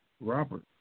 Robert